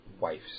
wives